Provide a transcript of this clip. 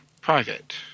private